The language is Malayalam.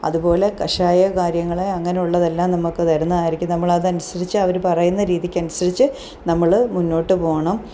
അതുപോലെ കഷായം കാര്യങ്ങൾ അങ്ങനെ ഉള്ളതെല്ലാം നമുക്ക് തരുന്നതായിരിക്കും നമ്മൾ അതനുസരിച്ച് അവർ പറയുന്ന രീതിക്കനുസരിച്ച് നമ്മൾ മുന്നോട്ട് പോവണം